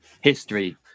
history